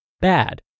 bad